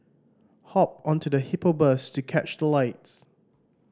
hop onto the Hippo Bus to catch the lights